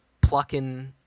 plucking